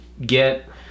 get